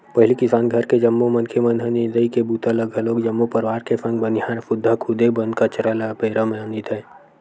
पहिली किसान घर के जम्मो मनखे मन ह निंदई के बूता ल घलोक जम्मो परवार के संग बनिहार सुद्धा खुदे बन कचरा ल बेरा म निंदय